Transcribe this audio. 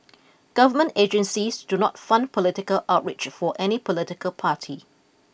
government agencies do not fund political outreach for any political party